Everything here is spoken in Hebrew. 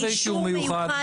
באישור מיוחד.